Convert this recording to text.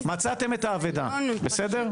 מצאתם את האבדה, בסדר?